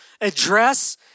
address